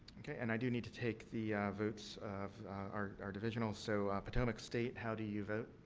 okay. and, i do need to take the votes of our our divisionals. so, ah potomac state, how do you vote?